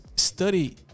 study